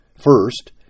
First